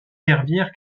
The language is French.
servir